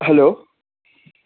hello